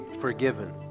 forgiven